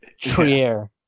trier